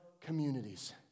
communities